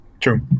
true